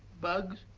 bugs,